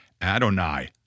Adonai